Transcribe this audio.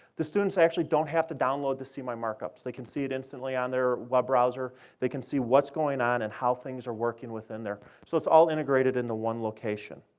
the students actually don't have to download to see my markups. they can see it instantly on their web browser. they can see what's going on and how things are working within there, so it's all integrated into one location.